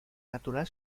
natural